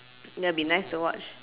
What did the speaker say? that'll be nice to watch